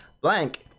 blank